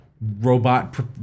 robot